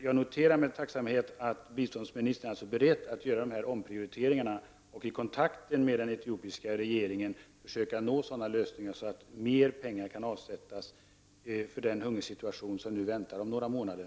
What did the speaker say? Jag noterar med tacksamhet att biståndsministern är beredd att göra nämnda omprioriteringar och att vid kontakter med den etiopiska regeringen försöka nå sådana uppgörelser att mer pengar kan avsättas för den hungersituation som väntas om några månader.